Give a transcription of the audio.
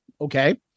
okay